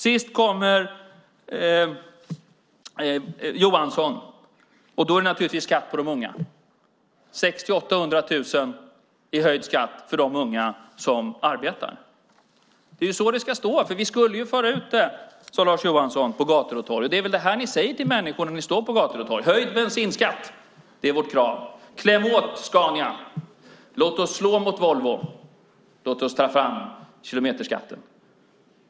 Sist kommer Johansson. Då gäller det naturligtvis skatt på de unga, 600 000-800 000 i höjd skatt för de unga som arbetar. Det är så det ska stå. För man skulle ju föra ut det, sade Lars Johansson, på gator och torg. Det är väl det här ni säger till människor när ni står på gator och torg: Höjd bensinskatt - det är vårt krav. Kläm åt Scania! Låt oss slå mot Volvo! Låt oss ta fram kilometerskatten!